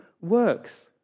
works